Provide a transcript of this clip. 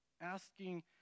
asking